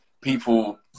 people